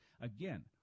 again